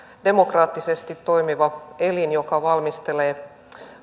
demokraattisesti toimiva elin joka valmistelee